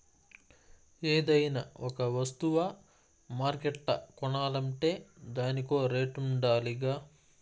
ఏదైనా ఒక వస్తువ మార్కెట్ల కొనాలంటే దానికో రేటుండాలిగా